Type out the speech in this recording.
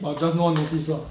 but just no one notice lah